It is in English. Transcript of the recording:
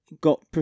got